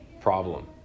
problem